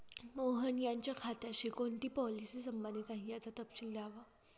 मोहन यांच्या खात्याशी कोणती पॉलिसी संबंधित आहे, याचा तपशील द्यावा